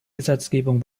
gesetzgebung